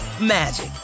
magic